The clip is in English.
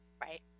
Right